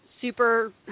super